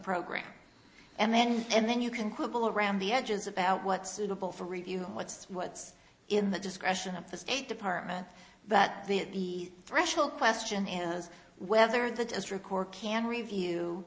program and then and then you can quibble around the edges about what suitable for review what's what's in the discretion of the state department but the threshold question is whether the district court can